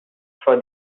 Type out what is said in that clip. for